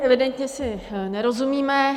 Evidentně si nerozumíme.